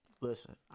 Listen